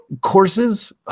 courses